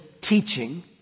teaching